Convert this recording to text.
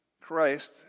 Christ